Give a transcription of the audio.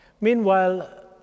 Meanwhile